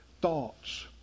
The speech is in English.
thoughts